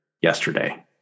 yesterday